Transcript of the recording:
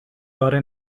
باره